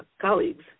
colleagues